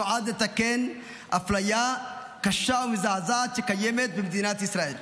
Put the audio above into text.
נועד לתקן אפליה קשה ומזעזעת שקיימת במדינת ישראל,